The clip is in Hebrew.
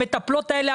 המטפלות האלה,